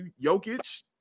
Jokic